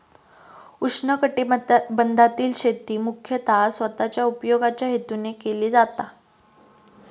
उष्णकटिबंधातील शेती मुख्यतः स्वतःच्या उपयोगाच्या हेतून केली जाता